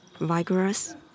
vigorous